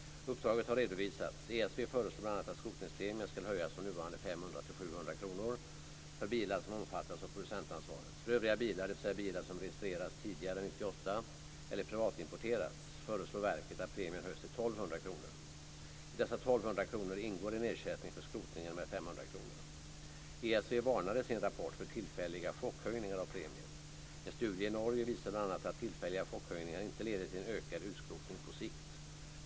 Uppdraget har redovisats. ESV föreslår bl.a. att skrotningspremien ska höjas från nuvarande 500 kr till 700 kr för bilar som omfattas av producentansvaret. För övriga bilar, dvs. bilar som registrerats tidigare än 1998 eller privatimporterats, föreslår verket att premien höjs till 1 200 kr. I dessa 1 200 kr ingår en ersättning för skrotningen med 500 kr. ESV varnar i sin rapport för tillfälliga chockhöjningar av premien. En studie i Norge visar att tillfälliga chockhöjningar inte leder till en ökad utskrotning på sikt.